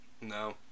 No